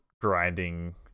grinding